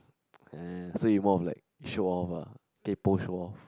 uh so you more of like show off ah kaypo show off